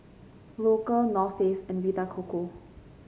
Loacker North Face and Vita Coco